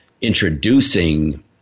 introducing